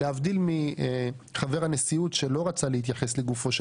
להבדיל מחבר הנשיאות שלא רצה להתייחס לגופו של